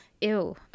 Ew